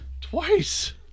Twice